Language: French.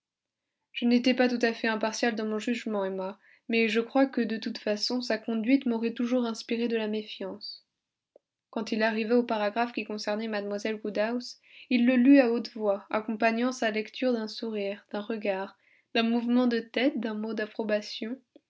je n'étais pas tout à fait impartial dans mon jugement emma mais je crois que de toute façon sa conduite m'aurait toujours inspiré de la méfiance quand il arriva au paragraphe qui concernait mlle woodhouse il le lut à haute voix accompagnant sa lecture d'un sourire d'un regard d'un mouvement de tête d'un mot d'approbation